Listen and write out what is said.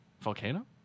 Volcano